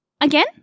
Again